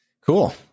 cool